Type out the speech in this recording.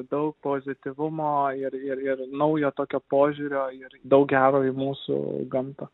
daug pozityvumo ir ir ir naujo tokio požiūrio ir daug gero į mūsų gamtą